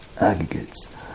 aggregates